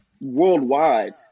worldwide